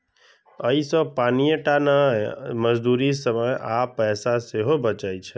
अय से पानिये टा नहि, मजदूरी, समय आ पैसा सेहो बचै छै